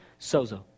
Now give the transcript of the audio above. Sozo